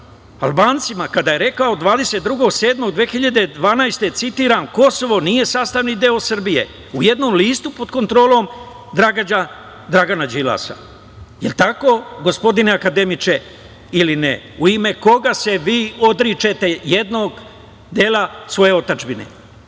Albancima, kada je rekao 22.7.2012. godine, citiram: „Kosovo nije sastavni deo Srbije“ u jednom listu pod kontrolom Dragana Đilasa. Da li je tako, gospodine akademiče, ili ne? U ime koga se vi odričete jednog dela svoje otadžbine? Problem